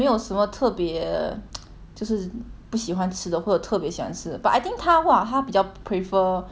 就是不喜欢吃的或者特别想吃的 but I think 她话她比较 prefer barbecue 之类或者 korea food 这种